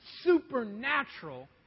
supernatural